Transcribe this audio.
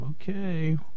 okay